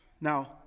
Now